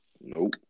Nope